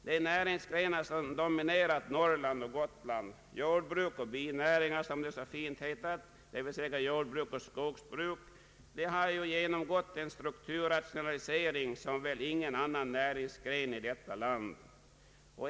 De näringsgrenar som dominerat Gotland och Norrland, jordbruk med binäringar som det så vackert heter, d.v.s. jordbruk och skogsbruk, har genomgått en <strukturrationalisering som väl ingen annan näringsgren i detta land.